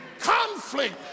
conflict